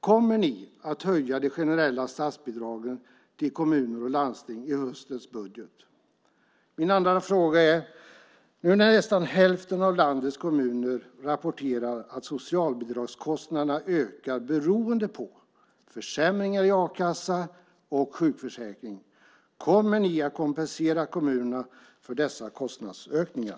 Kommer ni att höja de generella statsbidragen till kommuner och landsting i höstens budget? Nu när nästan hälften av landets kommuner rapporterar att socialbidragskostnaderna ökar beroende på försämringar i a-kassa och sjukförsäkring, kommer ni att kompensera kommunerna för dessa kostnadsökningar?